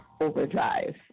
overdrive